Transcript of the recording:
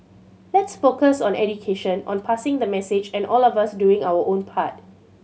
let's focus on education on passing the message and all of us doing our own part